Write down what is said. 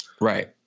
Right